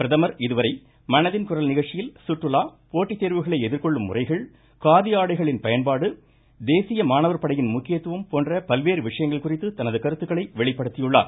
பிரதமர் இதுவரை மனதின் குரல் நிகழ்ச்சியில் கற்றுலா போட்டித் தேர்வுகளை எதிர்கொள்ளும் முறைகள் காதி ஆடைகளின் பயன்பாடு தேசிய மாணவர் படையின் முக்கியத்துவம் போன்ற பல்வேறு விஷயங்கள் குறித்து தனது கருத்துகளை வெளிப்படுத்தியுள்ளார்